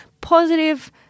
positive